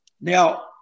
Now